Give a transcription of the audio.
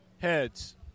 Heads